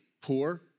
poor